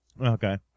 Okay